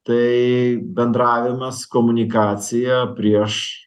tai bendravimas komunikacija prieš